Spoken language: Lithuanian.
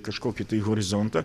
kažkokį tai horizontą